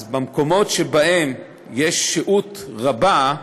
אז במקומות שבהם יש שהות רבה,